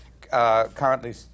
currently